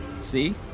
See